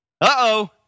Uh-oh